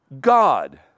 God